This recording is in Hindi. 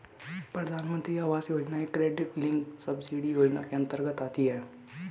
प्रधानमंत्री आवास योजना एक क्रेडिट लिंक्ड सब्सिडी योजना के अंतर्गत आती है